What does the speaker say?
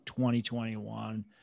2021